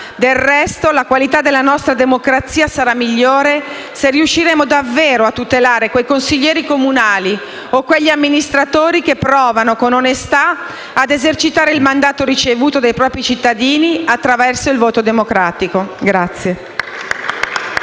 Del resto, la qualità della nostra democrazia sarà migliore se riusciremo davvero a tutelare quei consiglieri comunali o quegli amministratori che provano con onestà ad esercitare il mandato ricevuto dai propri cittadini attraverso il voto democratico.